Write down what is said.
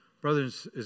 brothers